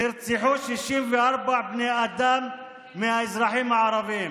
נרצחו 64 בני אדם מהאזרחים הערבים,